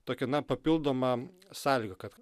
tokią na papildomą sąlygą kad